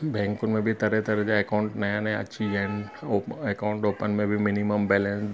बैंकुनि में बि तरह तरह जा अकाउंट नया नया अची विया आहिनि अकाउंट ओपन में बि मिनिमम बैंलेंस